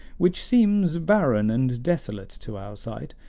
which seems barren and desolate to our sight,